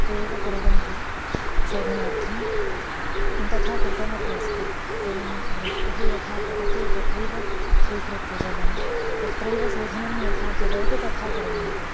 ते एव कुर्वन्ति शोधनार्थं तथा कृतमपि अस्ति एवं वृष्टिः यथा पतति तथैव स्वीकृत्य जलं तत्रैव शोधनं यथा भवेत् तथा कुर्वन्ति